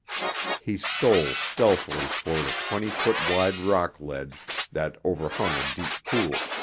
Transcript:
he stole stealthily toward a twenty-foot-wide rock ledge that overhung a deep pool.